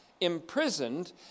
imprisoned